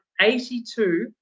82